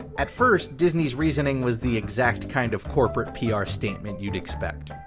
at first, disney's reasoning was the exact kind of corporate pr statement you'd expect.